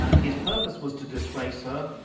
his purpose was to disgrace her,